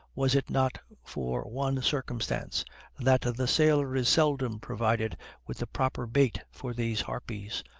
was it not for one circumstance that the sailor is seldom provided with the proper bait for these harpies.